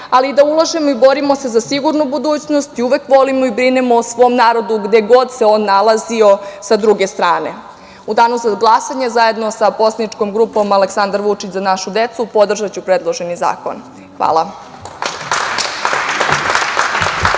ali i da ulažemo i borimo se za sigurnu budućnost i uvek volimo i brinemo o svom narodu gde god se on nalazio sa druge strane.U Danu za glasanje, zajedno sa poslaničkom grupom Aleksandar Vučić – Za našu decu, podržaću predloženi zakon. Hvala.